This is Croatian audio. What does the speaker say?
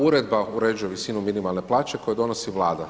Uredba uređuje visinu minimalne plaće koju donosi vlada.